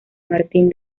martín